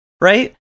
right